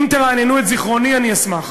אם תרעננו את זיכרוני, אני אשמח.